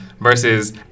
versus